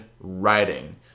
writing